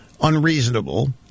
unreasonable